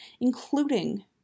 including